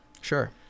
Sure